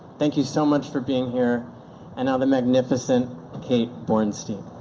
thank you so much for being here and now, the magnificent kate bornstein.